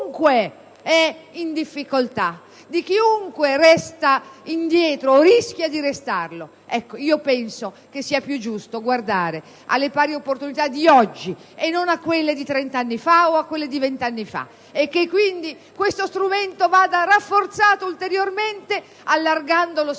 chiunque è in difficoltà, di chiunque resta indietro o rischia di restarlo. Penso sia più giusto guardare alle pari opportunità di oggi e non a quelle di 20 o 30 anni fa e che quindi questo strumento vada rafforzato ulteriormente allargando lo spettro;